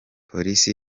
polisi